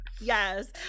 yes